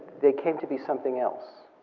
they came to be something else.